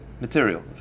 material